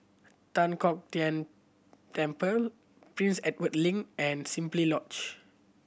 Tan Kong Tian Temple Prince Edward Link and Simply Lodge